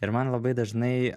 ir man labai dažnai